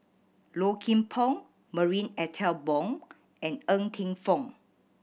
Low Kim Pong Marie Ethel Bong and Ng Teng Fong